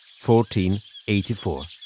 1484